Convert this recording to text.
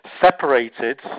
separated